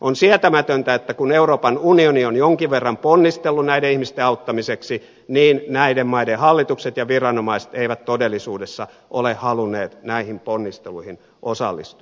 on sietämätöntä että kun euroopan unioni on jonkin verran ponnistellut näiden ihmisten auttamiseksi niin näiden maiden hallitukset ja viranomaiset eivät todellisuudessa ole halunneet näihin ponnisteluihin osallistua